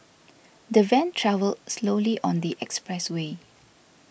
the van travelled slowly on the expressway